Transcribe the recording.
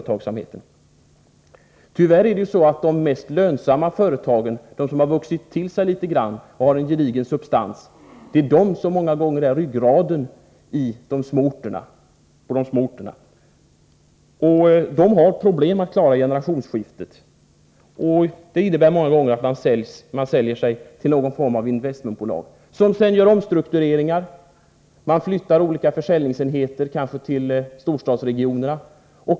Tyvärr är det många gånger de mest lönsamma företagen, de som har vuxit 6 till sig litet grand och har en gedigen substans, som är ryggraden på de små orterna. Dessa företag har problem att klara generationsskiften. Det innebär ofta att företagen säljs till någon form av investmentbolag, som sedan gör omstruktureringar och flyttar olika försäljningsenheter — kanske till storstadsregionerna.